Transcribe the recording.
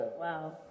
wow